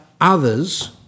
others